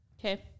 Okay